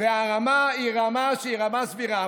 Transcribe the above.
שהרמה היא רמה סבירה.